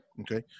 Okay